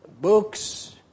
books